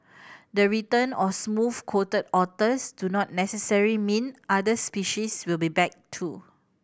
the return of smooth coated otters do not necessary mean other species will be back too